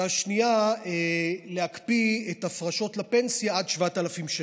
והשנייה, להקפיא את ההפרשות לפנסיה עד 7,000 שקל.